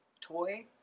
toy